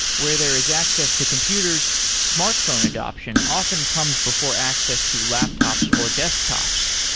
where there is access to computers, smartphone adaption often comes before access to laptops or desktops.